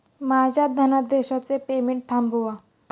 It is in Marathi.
माझ्या धनादेशाचे पेमेंट थांबवा